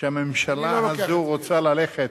שהממשלה הזאת רוצה ללכת,